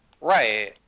right